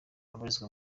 abarizwa